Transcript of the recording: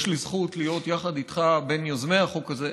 יש לי זכות להיות יחד איתך בין יוזמי החוק הזה,